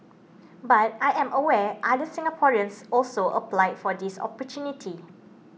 but I am aware other Singaporeans also applied for this opportunity